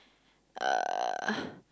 uh